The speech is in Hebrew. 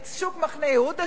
שוק מחנה-יהודה,